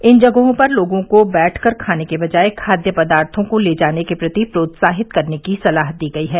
इन जगहों पर लोगों को बैठकर खाने के बजाए खाद्य पदार्थों को ले जाने के प्रति प्रोत्साहित करने सलाह दी गई है